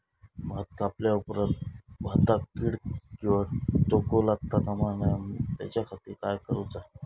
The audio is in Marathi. भात कापल्या ऑप्रात भाताक कीड किंवा तोको लगता काम नाय त्याच्या खाती काय करुचा?